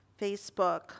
Facebook